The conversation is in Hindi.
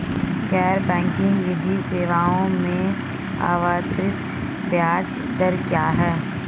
गैर बैंकिंग वित्तीय सेवाओं में आवर्ती ब्याज दर क्या है?